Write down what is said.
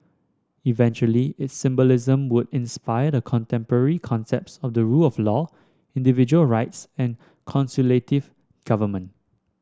eventually its symbolism would inspire the contemporary concepts of the rule of law individual rights and consultative government